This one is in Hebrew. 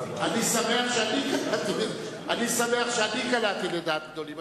אני שמח שאני קלעתי לדעת גדולים.